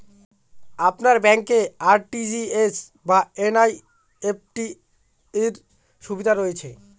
আপনার ব্যাংকে আর.টি.জি.এস বা এন.ই.এফ.টি র সুবিধা রয়েছে?